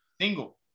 single